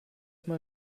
mal